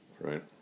right